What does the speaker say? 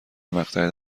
مقطع